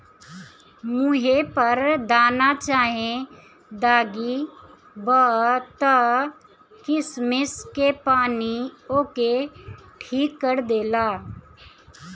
मुहे पर दाना चाहे दागी बा त किशमिश के पानी ओके ठीक कर देला